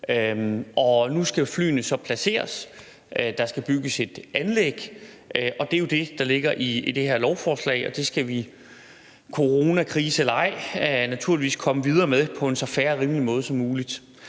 Nu skal flyene så placeres. Der skal bygges et anlæg. Det er jo det, der ligger i det her lovforslag. Det skal vi coronakrise eller ej naturligvis komme videre med på en så fair og rimelig måde som muligt.